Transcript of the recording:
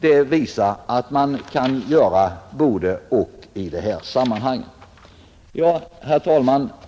Det visar ju att man kan göra både—och i sådana här sammanhang. Herr talman!